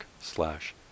slash